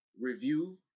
review